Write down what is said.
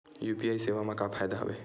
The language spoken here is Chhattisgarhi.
यू.पी.आई सेवा मा का फ़ायदा हवे?